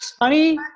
Honey